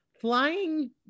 flying